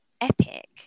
epic